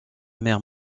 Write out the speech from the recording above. mère